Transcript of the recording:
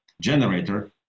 generator